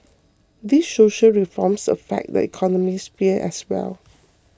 these social reforms affect the economic sphere as well